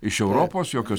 iš europos jokios